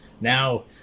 now